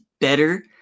better